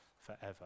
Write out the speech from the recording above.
forever